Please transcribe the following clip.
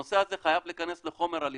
הנושא הזה חייב להיכנס לחומר הלימוד.